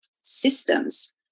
systems